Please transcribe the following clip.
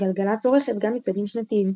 גלגלצ עורכת גם מצעדים שנתיים,